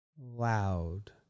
loud